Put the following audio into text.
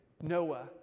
Noah